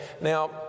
Now